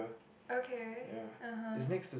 okay (uh huh)